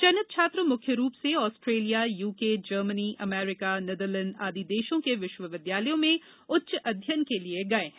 चयनित छात्र म्ख्य रूप से Australia UK Germany America Netherland आदि देशों के विश्वविद्यालयों में उच्च अध्ययन के लिये गये हैं